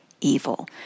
evil